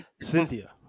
Cynthia